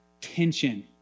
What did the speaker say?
Tension